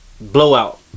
Blowout